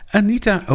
Anita